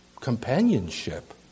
Companionship